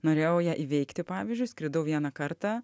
norėjau ją įveikti pavyzdžiui skridau vieną kartą